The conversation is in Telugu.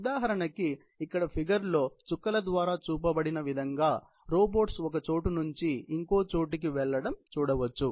ఉదాహరణకి ఇక్కడ ఫిగర్ లో చుక్కల ద్వారా చూపబడిన విధంగా రోబోట్స్ ఒక చోటు నుంచి ఇంకో చోటుకు వెళ్లడం చూడవచ్చు